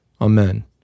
Amen